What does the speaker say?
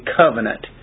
covenant